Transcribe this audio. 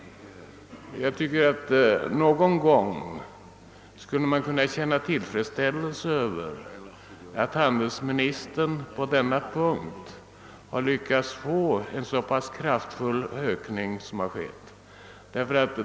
Jag tycker att man någon gång skulle kunna känna tillfredsställelse över att handelsministern har lyckats åstadkomma en så kraftig ökning som här är fallet.